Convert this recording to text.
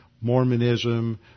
Mormonism